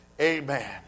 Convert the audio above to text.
Amen